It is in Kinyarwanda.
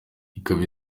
ikaba